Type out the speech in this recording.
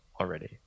already